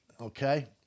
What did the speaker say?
okay